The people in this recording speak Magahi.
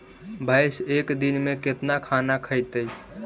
भैंस एक दिन में केतना खाना खैतई?